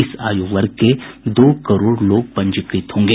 इस आयु वर्ग के दो करोड़ लोग पंजीकृत होंगे